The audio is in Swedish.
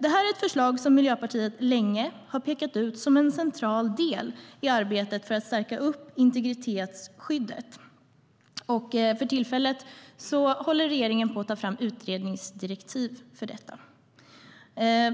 Det här är ett förslag som Miljöpartiet länge har pekat ut som en central del i arbetet för att stärka integritetsskyddet. För tillfället håller regeringen på att ta fram utredningsdirektiv för detta.